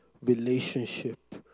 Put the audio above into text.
relationship